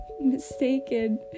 mistaken